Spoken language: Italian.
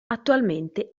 attualmente